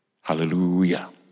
Hallelujah